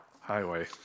Highway